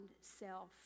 self